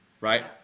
right